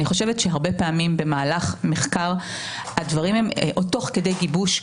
חושבת שהרבה פעמים במהלך מחקר או תוך כדי גיבוש,